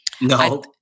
No